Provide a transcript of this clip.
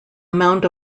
amount